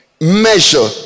measure